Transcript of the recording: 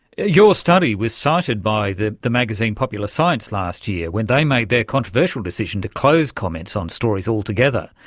you're study was cited by the the magazine popular science last year when they made their controversial decision to close comments on stories altogether.